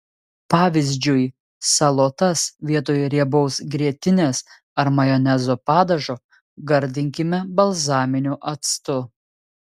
pavyzdžiui salotas vietoj riebaus grietinės ar majonezo padažo gardinkime balzaminiu actu